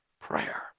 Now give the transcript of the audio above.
Prayer